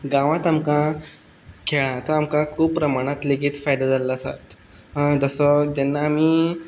गांवांत आमकां खेळाचो आमकां खूब प्रमाणांत लेगीत फायदो जाल्लो आसा जसो जेन्ना आमी